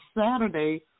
Saturday